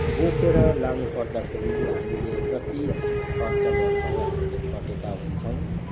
बोकेर लानुपर्दाखेरि हामीले जति खर्च गर्छौँ हामीले खटेका हुन्छौँ